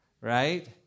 right